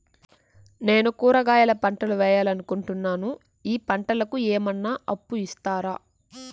నేను కూరగాయల పంటలు వేయాలనుకుంటున్నాను, ఈ పంటలకు ఏమన్నా అప్పు ఇస్తారా?